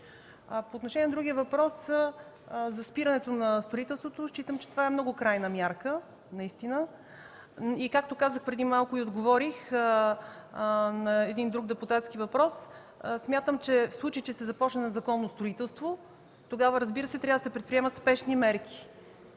По отношение на втория Ви въпрос – за спирането на строителството в природния парк, считам, че това е много крайна мярка и, както преди малко отговорих на един друг депутатски въпрос, смятам, че в случай че се започне незаконно строителство, тогава, разбира се, трябва да се предприемат спешни мерки